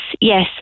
yes